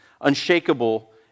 unshakable